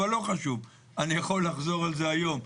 לא חשוב, אני יכול לחזור על זה גם היום.